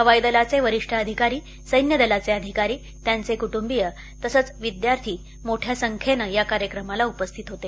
हवाई दलाचे वरिष्ठ अधिकारी सैन्यदलाचे अधिकारी त्यांचे कुटुंबीय तसंच विद्यार्थी मोठ्या संख्येनं या कार्यक्रमाला उपस्थित होते